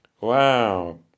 Wow